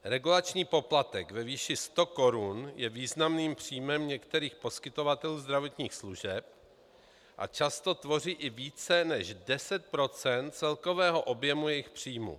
Regulační poplatek ve výši 100 korun je významným příjmem některých poskytovatelů zdravotních služeb a často tvoří i více než 10 % celkového objemu jejich příjmů.